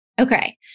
Okay